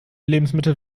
lebensmittel